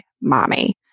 mommy